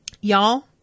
Y'all